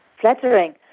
flattering